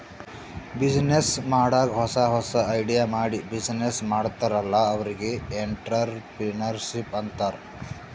business ಮಾಡಾಗ್ ಹೊಸಾ ಹೊಸಾ ಐಡಿಯಾ ಮಾಡಿ ಬಿಸಿನ್ನೆಸ್ ಮಾಡ್ತಾರ್ ಅಲ್ಲಾ ಅವ್ರಿಗ್ ಎಂಟ್ರರ್ಪ್ರಿನರ್ಶಿಪ್ ಅಂತಾರ್